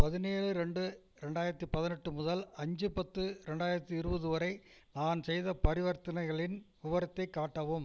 பதினேழு ரெண்டு ரெண்டாயிரத்தி பதினெட்டு முதல் அஞ்சு பத்து ரெண்டாயிரத்தி இருபது வரை நான் செய்த பரிவர்த்தனைகளின் விவரத்தை காட்டவும்